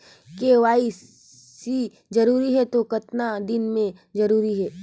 KYC जरूरी हे तो कतना दिन मे जरूरी है?